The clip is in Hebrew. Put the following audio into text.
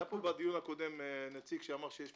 היה פה בדיון הקודם נציג שאמר שהיתה